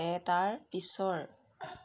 এটাৰ পিছৰ